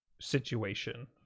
situation